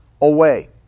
away